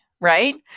right